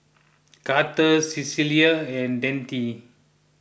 Karter Cecelia and Dante